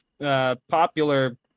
Popular